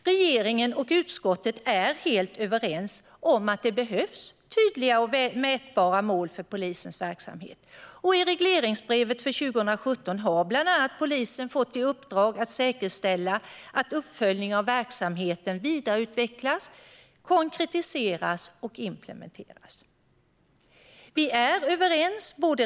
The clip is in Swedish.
Regeringen och utskottet är helt överens om att det behövs tydliga och mätbara mål för polisens verksamhet, och i regleringsbrevet för 2017 har polisen bland annat fått i uppdrag att säkerställa att uppföljningen av verksamheten vidareutvecklas, konkretiseras och implementeras.